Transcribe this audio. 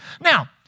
Now